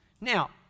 Now